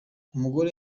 umugore